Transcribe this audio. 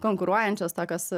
konkuruojančios tokios